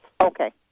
Okay